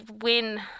win